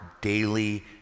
daily